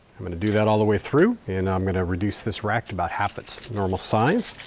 i'm going to do that all the way through and i'm going to reduce this rack about half its normal size.